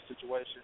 situation